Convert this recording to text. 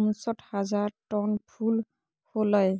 उनसठ हजार टन फूल होलय